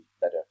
better